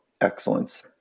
excellence